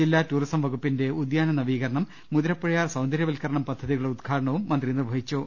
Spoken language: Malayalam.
ജില്ലാ ടൂറിസം വകുപ്പിന്റെ ഉദ്യാന നവീകരണം മുതിരപ്പുഴയാർ സൌന്ദര്യവൽക്കരണം പദ്ധതിക ളുടെ ഉദ്ഘാടനവും മന്ത്രി നിർവ്വഹിച്ചു